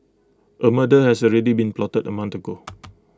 A murder has already been plotted A month ago